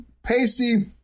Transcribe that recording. Pasty